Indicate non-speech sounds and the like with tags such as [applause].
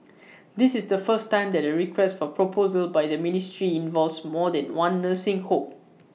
[noise] this is the first time that A request for proposal by the ministry involves more than one nursing home